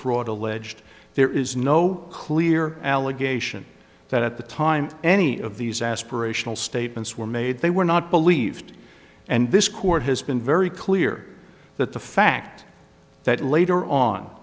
fraud alleged there is no clear allegation that at the time any of these aspirational statements were made they were not believed and this court has been very clear that the fact that later on